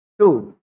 two